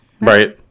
Right